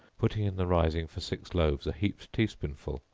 putting in the rising for six loaves a heaped tea-spoonful,